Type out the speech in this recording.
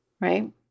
right